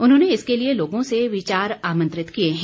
उन्होंने इसके लिए लोगों से विचार आंमत्रित किए हैं